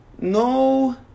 No